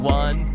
one